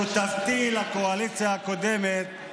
שותפתי לקואליציה הקודמת.